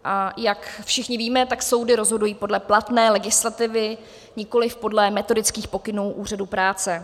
A jak všichni víme, tak soudy rozhodují podle platné legislativy, nikoliv podle metodických pokynů Úřadu práce.